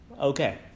okay